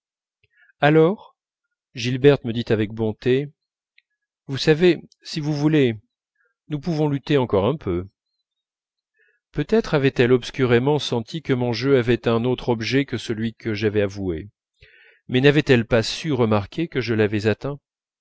alors gilberte me dit avec bonté vous savez si vous voulez nous pouvons lutter encore un peu peut-être avait-elle obscurément senti que mon jeu avait un autre objet que celui que j'avais avoué mais n'avait-elle pas su remarquer que je l'avais atteint